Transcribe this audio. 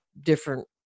different